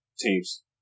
team's